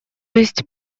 есть